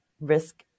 risk